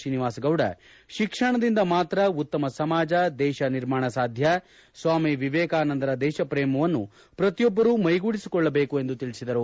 ತ್ರೀನಿವಾಸಗೌಡ ಶಿಕ್ಷಣದಿಂದ ಮಾತ್ರ ಉತ್ತಮ ಸಮಾಜ ದೇಶನಿರ್ಮಾಣ ಸಾಧ್ಯ ಸ್ವಾಮಿ ವಿವೇಕಾನಂದರ ದೇಶಪ್ರೇಮವನ್ನು ಪ್ರತಿಯೊಬ್ಬರು ಮೈಗೂಡಿಸಿಕೊಳ್ಳಬೇಕು ಎಂದು ತಿಳಿಸಿದರು